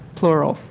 plural?